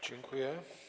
Dziękuję.